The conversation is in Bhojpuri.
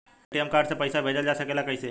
ए.टी.एम कार्ड से पइसा भेजल जा सकेला कइसे?